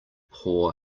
poor